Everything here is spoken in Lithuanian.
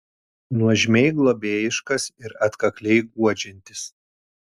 nuožmiai globėjiškas ir atkakliai guodžiantis